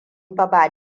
ba